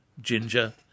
Ginger